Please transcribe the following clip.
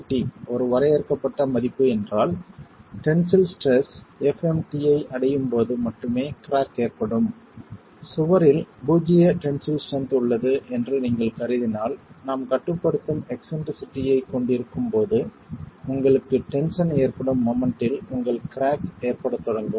fmt ஒரு வரையறுக்கப்பட்ட மதிப்பு என்றால் டென்சில் ஸ்ட்ரெஸ் fmt ஐ அடையும் போது மட்டுமே கிராக் ஏற்படும் சுவரில் பூஜ்ஜிய டென்சில் ஸ்ட்ரென்த் உள்ளது என்று நீங்கள் கருதினால் நாம் கட்டுப்படுத்தும் எக்ஸ்ன்ட்ரிசிட்டி ஐக் கொண்டிருக்கும் போது உங்களுக்கு டென்ஷன் ஏற்படும் மொமெண்ட்டில் உ ங்கள் கிராக் ஏற்படத் தொடங்கும்